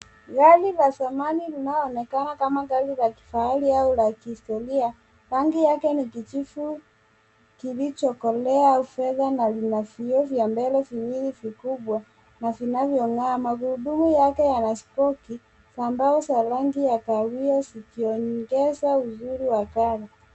Gari la zamani linaloonekana kama gari la kifahari au la kihistoria. Rangi yake ni kijivu kilichokolea au fedha na lina vioo vya mbele viwili vikubwa na vinavyong'aa. Magurudumu yake yana spoki za mbao za rangi ya kahawia zikiongeza uzuri wa gari.